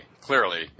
clearly